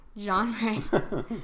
Genre